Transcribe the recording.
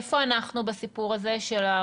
איפה אנחנו בסיפור הזה של הרכש?